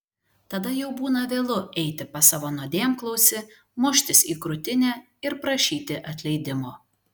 tada jau būna vėlu eiti pas savo nuodėmklausį muštis į krūtinę ir prašyti atleidimo